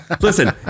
listen